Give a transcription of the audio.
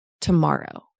tomorrow